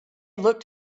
looked